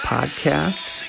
Podcasts